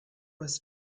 was